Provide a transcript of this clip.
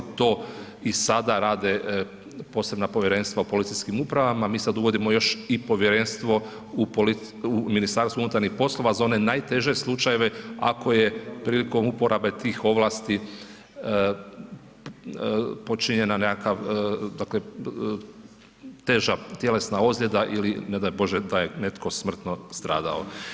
To i sada rade, posebna povjerenstva u policijskim upravama, mi sada uvodimo još i povjerenstvo u Ministarstvu unutarnjih poslova, za one najteže slučajeve, ako je prilikom uporabe tih ovlasti, počinjena, nekakav, dakle, teža tjelesna ozljeda ili ne daj Bože da je netko smrtno stradao.